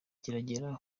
kiragera